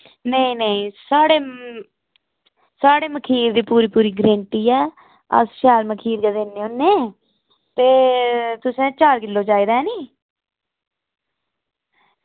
नेईं नेईं साढ़े साढ़े मखीर दी पूरी पूरी गारंटी ऐ अस शैल मखीर दिन्ने होने ते तुसें चार किलो चाहिदा ऐ नी